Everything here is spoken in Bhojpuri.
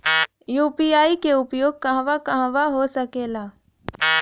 यू.पी.आई के उपयोग कहवा कहवा हो सकेला?